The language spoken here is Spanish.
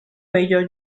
bello